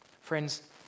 Friends